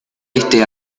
este